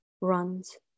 runs